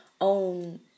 own